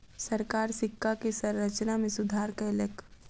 सरकार सिक्का के संरचना में सुधार कयलक